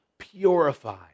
purify